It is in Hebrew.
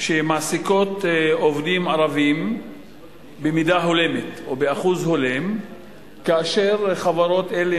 שמעסיקות עובדים ערבים במידה הולמת או באחוז הולם כאשר חברות אלה